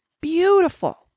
beautiful